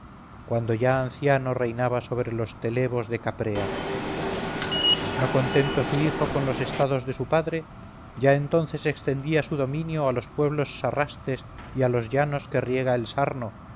cuando ya anciano reinaba sobre los telebos de caprea mas no contento su hijo con los estados de su padre ya entonces extendía su dominio a los pueblos sarrastes y a los llanos que riega el